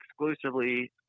exclusively –